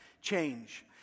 change